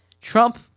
Trump